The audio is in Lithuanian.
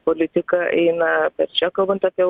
politika eina per čia kalbant apie